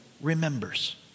remembers